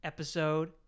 Episode